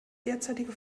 derzeitige